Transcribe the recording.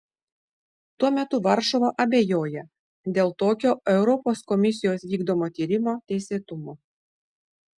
tuo metu varšuva abejoja dėl tokio europos komisijos vykdomo tyrimo teisėtumo